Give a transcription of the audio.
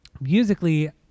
musically